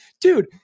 dude